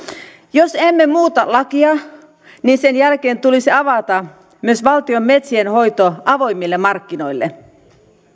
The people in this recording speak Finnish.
jos emme muuta lakia niin sen jälkeen tulisi avata myös valtion metsienhoito avoimille markkinoille